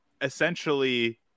Essentially